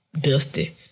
dusty